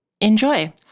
enjoy